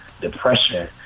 depression